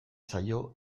zaio